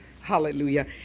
hallelujah